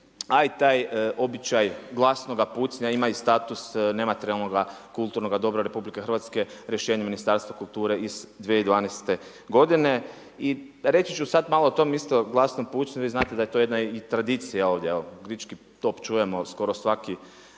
a i taj običaj glasnoga pucnja ima i status nematerijalnoga kulturnog dobra Republike Hrvatske rješenjem Ministarstva kulture iz 2012. godine. I reći ću sada malo o tom isto glasnom pucnju. Vi znate da je to jedna tradicija ovdje, evo Grički top čujemo skoro svaki,